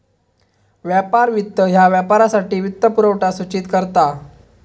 व्यापार वित्त ह्या व्यापारासाठी वित्तपुरवठा सूचित करता